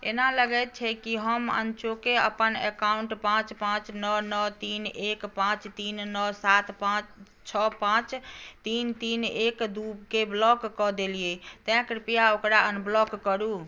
एना लगैत छै कि हम अनचोके अपन अकाउंट पाँच पाँच नओ नओ तीन एक पाँच तीन नओ सात पाँच छओ पाँच तीन तीन एक दूके ब्लॉक कऽ देलियै तैँ कृप्या ओकरा अनब्लॉक करू